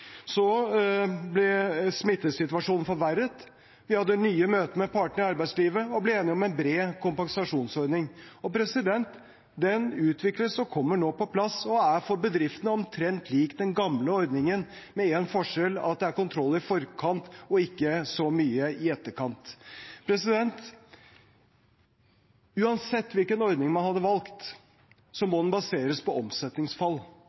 Så ble smittesituasjonen forverret, vi hadde nye møter med partene i arbeidslivet og ble enige om en bred kompensasjonsordning. Den utvikles og kommer nå på plass og er for bedriftene omtrent lik den gamle ordningen, med én forskjell, at det er kontroll i forkant og ikke så mye i etterkant. Uansett hvilken ordning man hadde valgt, måtte den baseres på omsetningsfall.